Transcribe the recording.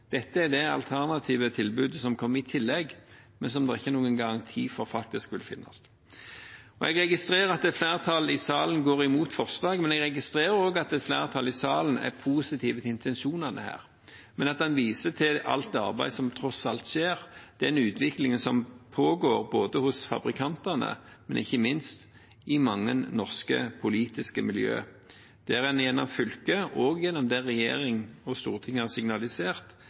Dette er det alternative tilbudet som kommer i tillegg, men som det ikke er noen garanti for faktisk vil finnes. Jeg registrerer at et flertall i salen går imot forslaget, men jeg registrerer også at et flertall i salen er positiv til intensjonene her, at en viser til alt det arbeidet som tross alt skjer, den utviklingen som pågår hos fabrikantene og ikke minst i mange norske politiske miljø, der en gjennom fylker – og gjennom det regjeringen og Stortinget har signalisert